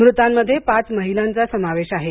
मृतांमध्ये पाच महिलांचा समावेश आहे